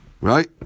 Right